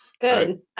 Good